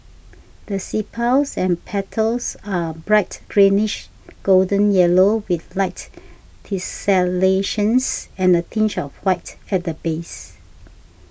the sepals and petals are bright greenish golden yellow with light tessellations and a tinge of white at the base